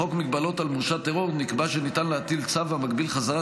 בחוק מגבלות על מורשע טרור נקבע שניתן להטיל צו המגביל חזרת